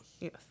Yes